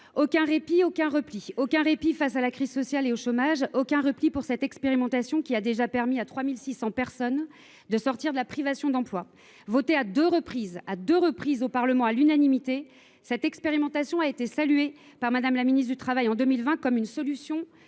Aucun répit, aucun repli : aucun répit face à la crise sociale et au chômage, aucun repli pour cette expérimentation qui a déjà permis à 3 600 personnes de sortir de la privation d’emploi. Votée à deux reprises à l’unanimité par le Parlement, cette expérimentation a été saluée en 2020 par la ministre du travail de l’époque comme une « solution